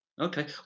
Okay